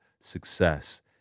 success